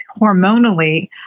hormonally